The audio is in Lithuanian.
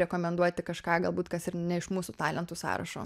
rekomenduoti kažką galbūt kas ir ne iš mūsų talentų sąrašo